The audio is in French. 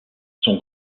son